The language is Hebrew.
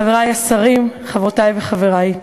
חברי השרים, חברותי וחברי,